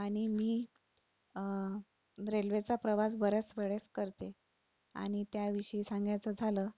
आणि मी रेल्वेचा प्रवास बऱ्याच वेळेस करते आणि त्याविषयी सांगायचं झालं